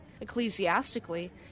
ecclesiastically